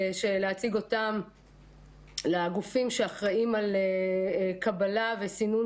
להציג אותם לגופים שאחראים על קבלה וסינון